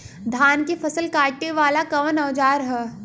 धान के फसल कांटे वाला कवन औजार ह?